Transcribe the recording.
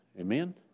Amen